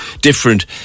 different